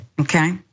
okay